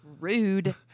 Rude